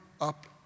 up